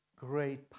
great